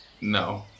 No